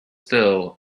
still